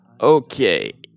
Okay